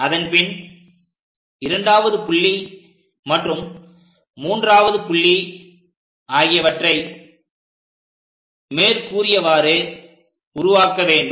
அதன்பின் இரண்டாவது புள்ளி மற்றும் மூன்றாவது புள்ளி ஆகியவற்றை மேற்கூறியவாறு உருவாக்க வேண்டும்